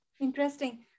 Interesting